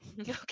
Okay